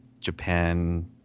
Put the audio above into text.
Japan